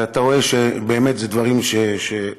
אתה רואה שאלה באמת דברים שבנפשם.